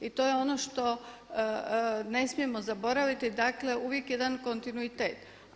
I to je ono što ne smijemo zaboraviti, dakle uvijek jedan kontinuitet.